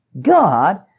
God